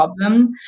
problem